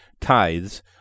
tithes